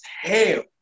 hell